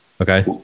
Okay